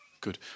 Good